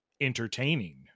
entertaining